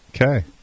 Okay